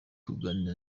kugirana